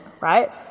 right